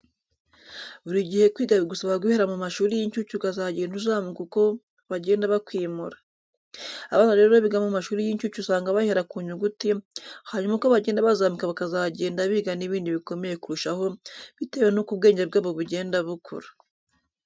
Buri gihe kwiga bigusaba guhera mu mashuri y'incuke ukazagenda uzamuka uko bagenda bakwimura. Abana rero biga mu mashuri y'incuke usanga bahera ku nyuguti, hanyuma uko bagenda bazamuka bakazagenda biga n'ibindi bikomeye kurushaho bitewe nuko ubwenge bwabo bugenda bukura.